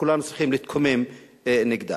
שכולנו צריכים להתקומם נגדה.